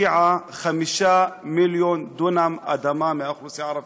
הפקיעה 5 מיליון דונם אדמה מהאוכלוסייה הערבית.